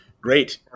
Great